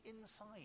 inside